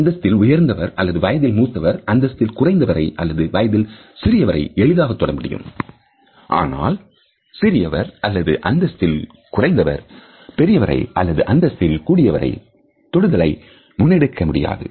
அந்தஸ்தின் உயர்ந்தவர் அல்லது வயதில் மூத்தவர் அந்தஸ்தில் குறைந்தவரை அல்லது வயதில் சிறிய வரை எளிதாக தொட முடியும் ஆனால் சிறியவர் அல்லது அந்தஸ்தில் குறைந்தவர் பெரியவரை அல்லது அந்தஸ்தில் கூடியவரை தொடுதலை முன்னெடுக்க முடியாது